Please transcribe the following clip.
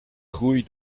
groei